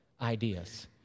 ideas